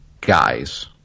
guys